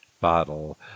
Bottle